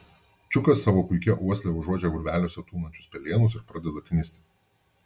čiukas savo puikia uosle užuodžia urveliuose tūnančius pelėnus ir pradeda knisti